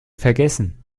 vergessen